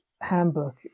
handbook